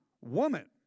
woman